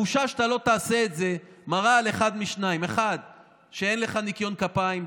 הבושה שאתה לא תעשה את זה מראה על אחת משתיים: 1. שאין לך ניקיון כפיים,